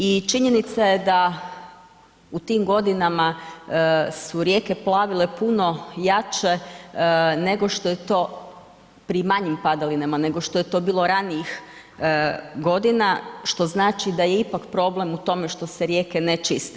I činjenica je da u tim godinama su rijeke plavile puno jače nego što je to, pri manjim padalinama nego što je to bilo ranijih godina što znači da je ipak problem u tome što se rijeke ne čiste.